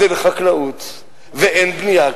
אז אין חקלאות ואין בנייה.